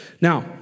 Now